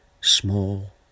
small